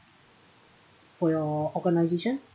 for your organization